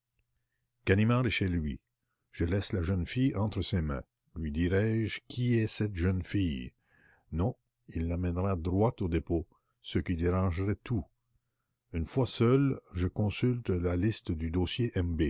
chez lui je laisse la jeune fille entre ses mains lui dirai-je qui est cette jeune fille non il la mènerait droit au dépôt ce qui dérangerait tout une fois seul je consulte la liste du dossier